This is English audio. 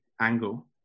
angle